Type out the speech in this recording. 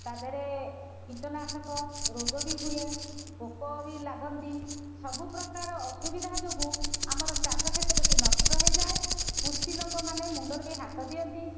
ତା ଦେହରେ କୀଟନାଶକ ରୋଗ ବି ହୁଏ ପୋକ ବି ଲାଗନ୍ତି ସବୁପ୍ରକାର ଅସୁବିଧା ଯୋଗୁଁ ଆମର ଚାଷ କ୍ଷେତ୍ରଟି ନଷ୍ଟ ହେଇଯାଏ କୃଷି ଲୋକମାନେ ମୁଣ୍ଡରେ ବି ହାତ ଦିଅନ୍ତି